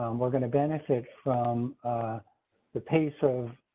um we're going to benefit from the pace of.